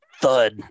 thud